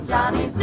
Johnny